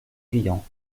riant